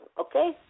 Okay